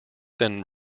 then